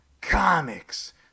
comics